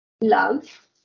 love